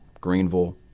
Greenville